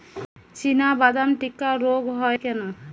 চিনাবাদাম টিক্কা রোগ হয় কেন?